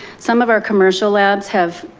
some of our commercial labs have